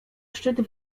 szczyt